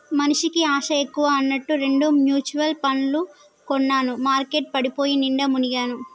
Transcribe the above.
మనిషికి ఆశ ఎక్కువ అన్నట్టు రెండు మ్యుచువల్ పండ్లు కొన్నాను మార్కెట్ పడిపోయి నిండా మునిగాను